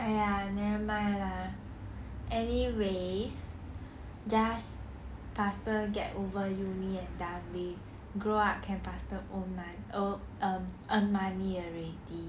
!aiya! nevermind lah anyway just faster get over uni and done with grow up can faster earn money already